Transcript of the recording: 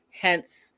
hence